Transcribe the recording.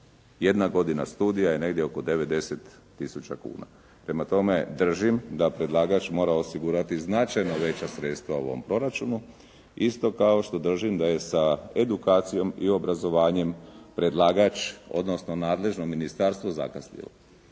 Jedna godina studija je negdje oko 9, 10 tisuća kuna. Prema tome, držim da predlagač mora osigurati značajno veća sredstva u ovom proračunu, isto kao što držim da je sa edukacijom i obrazovanjem predlagač odnosno nadležno ministarstvo zakasnilo,